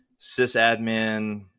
sysadmin